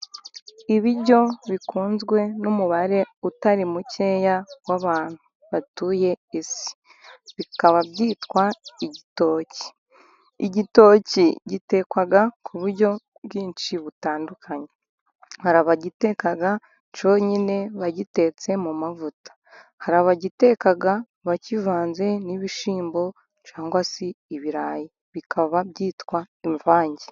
Ibiryo bikunzwe n'umubare utari mukeya w'abantu batuye isi. Bikaba byitwa igitoki, igitoki gitekwa ku buryo bwinshi butandukanye, hari abagiteka cyonyine bagitetse mu mavuta, hari abagiteka bakivanze n'ibishyimbo, cyangwa se ibirayi bikaba byitwa imvange.